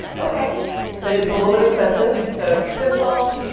okay but it's a little bit expensive. so it's simple